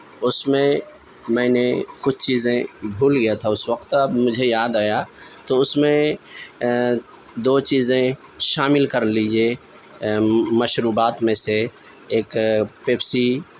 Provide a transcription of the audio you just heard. اس میں میں نے کچھ چیزیں بھول گیا تھا اس وقت اب مجھے یاد آیا تو اس میں دو چیزیں شامل کر لیجیے مشروبات میں سے ایک پیپسی